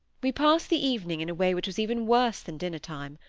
we passed the evening in a way which was even worse than dinner-time.